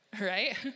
right